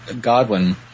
Godwin